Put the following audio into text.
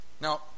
Now